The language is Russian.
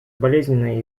болезненная